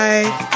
Bye